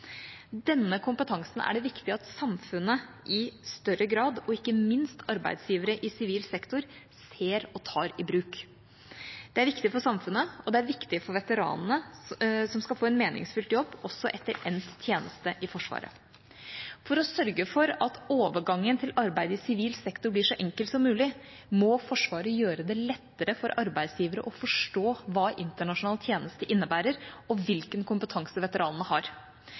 Denne kompetansen er det viktig at samfunnet og ikke minst arbeidsgivere i sivil sektor i større grad ser og tar i bruk. Det er viktig for samfunnet, og det er viktig for veteranene, som skal få en meningsfylt jobb også etter endt tjeneste i Forsvaret. For å sørge for at overgangen til arbeidet i sivil sektor blir så enkel som mulig, må Forsvaret gjøre det lettere for arbeidsgivere å forstå hva internasjonal tjeneste innebærer, og hvilken kompetanse veteranene har.